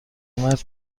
مردی